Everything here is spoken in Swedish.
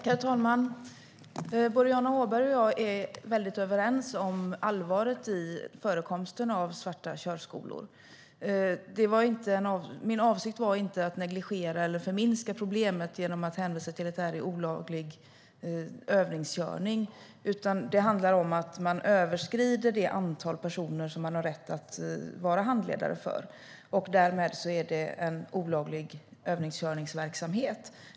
Herr talman! Boriana Åberg och jag är väldigt överens om allvaret i förekomsten av svarta körskolor. Min avsikt var inte att negligera eller förminska problemet genom att hänvisa till att det här är olaglig övningskörning. Det handlar om att det antal personer som man har rätt att vara handledare för överskrids. Därmed är det en olaglig övningskörningsverksamhet.